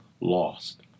lost